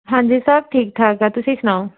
ਹਾਂਜੀ ਸਭ ਠੀਕ ਠਾਕ ਆ ਤੁਸੀਂ ਸੁਣਾਓ